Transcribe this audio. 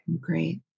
Great